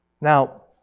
Now